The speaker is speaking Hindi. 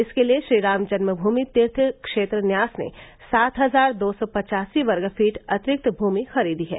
इसके लिए श्रीराम जन्मभुमि तीर्थ क्षेत्र न्यास ने सात हजार दो सौ पचासी वर्ग फीट अतिरिक्त भूमि खरीदी है